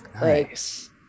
Nice